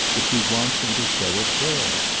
but she wants him to show it there.